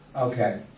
okay